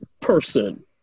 person